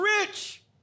rich